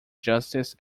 justice